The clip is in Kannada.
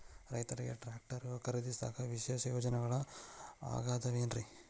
ರೈತರಿಗೆ ಟ್ರ್ಯಾಕ್ಟರ್ ಖರೇದಿಸಾಕ ವಿಶೇಷ ಯೋಜನೆಗಳು ಅದಾವೇನ್ರಿ?